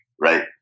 right